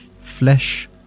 flesh